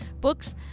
books